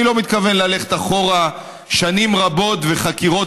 אני לא מתכוון ללכת אחורה שנים רבות וחקירות